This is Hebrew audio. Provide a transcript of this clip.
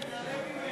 התעלם ממנה.